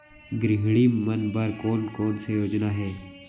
गृहिणी मन बर कोन कोन से योजना हे?